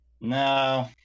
No